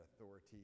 authority